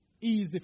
easy